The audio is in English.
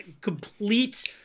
complete